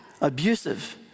abusive